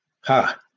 Ha